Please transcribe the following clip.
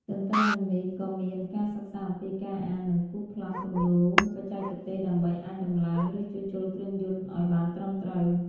ទន្ទឹមនឹងនេះ ក៏មានការសិក្សាអំពីការអាន និងគូសប្លង់គំនូសបច្ចេកទេសដើម្បីអាចដំឡើង ឬជួសជុលគ្រឿងយន្តឱ្យបានត្រឹមត្រូវ។